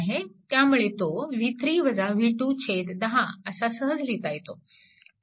त्यामुळे तो 10 असा सहज लिहिता येतो